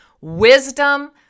wisdom